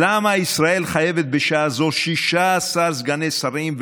למה ישראל חייבת בשעה זו 16 סגני שרים,